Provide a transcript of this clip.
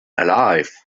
alive